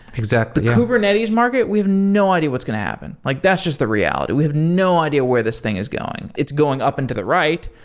the kubernetes market, we have no idea what's going to happen. like that's just the reality. we have no idea where this thing is going. it's going up into the right,